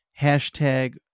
hashtag